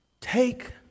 Take